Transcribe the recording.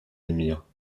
admire